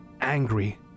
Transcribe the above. ...angry